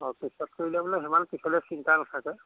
অ কেচত কৰিলে বোলে সিমান পিছলৈ চিন্তা নাথাকে